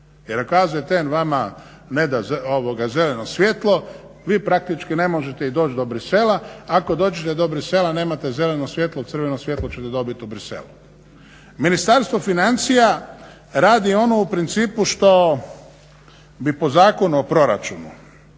jer ako AZTN vama ne da zeleno svjetlo vi praktički ne možete i doći do Bruxellesa, ako dođete do Bruxellesa nemate zeleno svjetlo crveno svjetlo ćete dobiti u Bruxellesu. Ministarstvo financija radio ono u principu što bi po Zakonu o proračunu